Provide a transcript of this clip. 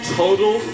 total